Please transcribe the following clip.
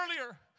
earlier